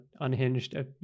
unhinged